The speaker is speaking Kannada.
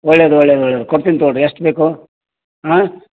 ಒಳ್ಳೆದು ಒಳ್ಳೆದು ಒಳ್ಳೆಯದು ಕೊಡ್ತೀನ್ ತಗೊಳ್ಳಿರಿ ಎಷ್ಟು ಬೇಕು ಹಾಂ